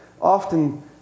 often